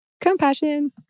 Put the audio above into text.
Compassion